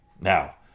Now